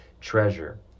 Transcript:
treasure